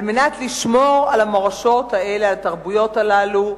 על מנת לשמור על המורשות האלה, על התרבויות הללו,